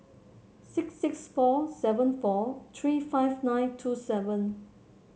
six six four seven four three five nine two seven